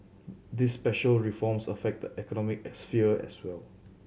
these special reforms affect the economic sphere as well